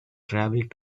travelled